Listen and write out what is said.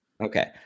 okay